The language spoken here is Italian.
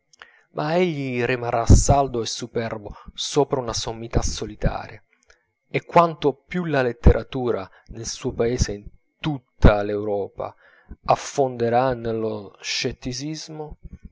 egli rimarrà saldo e superbo sopra una sommità solitaria e quanto più la letteratura nel suo paese e in tutta europa s'affonderà nello scetticismo